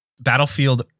Battlefield